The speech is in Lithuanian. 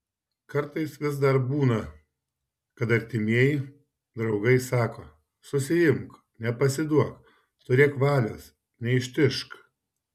kartais vis dar būna kad artimieji draugai sako susiimk nepasiduok turėk valios neištižk